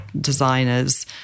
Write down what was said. designers